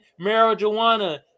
marijuana